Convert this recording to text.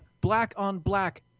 black-on-black